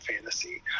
fantasy